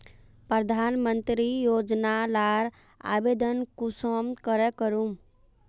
प्रधानमंत्री योजना लार आवेदन कुंसम करे करूम?